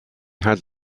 had